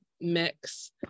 mix